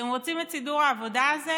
אתם רוצים את סידור העבודה הזה